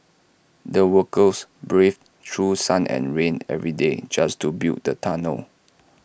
the workers braved through sun and rain every day just to build the tunnel